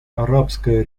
арабская